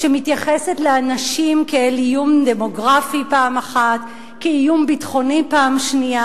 שמתייחסת לאנשים כאל איום דמוגרפי מצד אחד וכאל איום ביטחוני מצד שני?